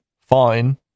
fine